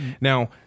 Now